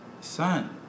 Son